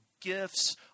gifts